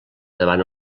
davant